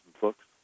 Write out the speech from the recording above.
books